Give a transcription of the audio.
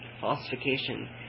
falsification